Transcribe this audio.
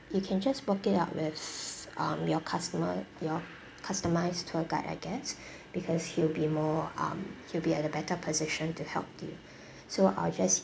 you can just work it out with s~ um your customer your customised tour guide I guess because he'll be more um he'll be at a better position to help you so I'll just